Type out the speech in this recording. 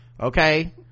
Okay